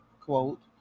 quote